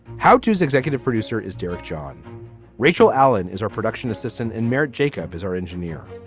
how tos executive producer is derek john rachel allen is our production assistant in merritt jacob is our engineer.